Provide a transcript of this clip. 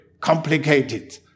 complicated